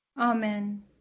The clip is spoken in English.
Amen